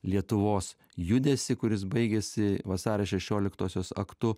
lietuvos judesį kuris baigėsi vasario šešioliktosios aktu